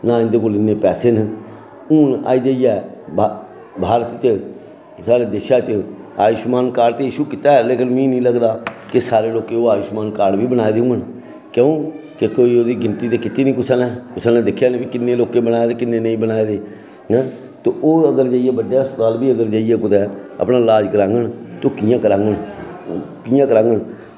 ना उं'दे कोल कोई इन्ने पैसे न ते आई जाइयै भारत च साढ़ी दिशा च आयुषमान कार्ड ते इश्यू कीते न पर मिगी निं लगदा कि सारें लोकें आयुषमान कार्ड बी बनाए दे न क्यों क्योंकि एह्दी गिनती ते कीती निं कुसै नै ते साह्नूं दिक्खेआ निं किन्ने बनाए दे न ते किन्ने नेईं ते ओह् कुतै बड्डे अस्पताल बी ले्इयै अगर कुतै अपना लाज कराङन ते कि'यां कराङन कि'यां कराङन